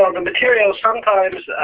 um the materials sometimes